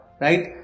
right